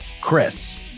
Chris